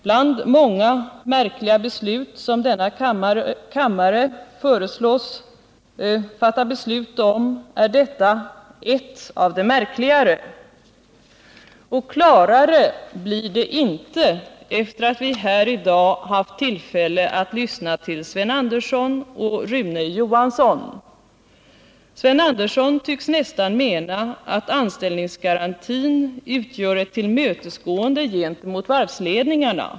Bland många märkliga beslut som denna kammare föreslås fatta är detta ett av de märkligare, och klarare blir det inte efter det att vi här i dag haft tillfälle att lyssna till Sven Andersson i Örebro och Rune Johansson i Ljungby. Sven Andersson tycks nästan mena att anställningsgarantin utgör ett tillmötesgående gentemot varvsledningarna.